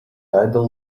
tidal